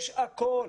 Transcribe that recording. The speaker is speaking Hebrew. יש הכול